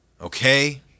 Okay